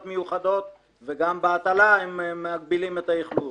מיוחדות; וגם בהטלה הם מגבילים את האכלוס.